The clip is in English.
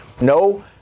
no